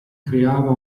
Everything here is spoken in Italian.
creava